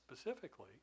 specifically